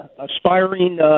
Aspiring